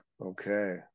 Okay